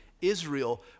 Israel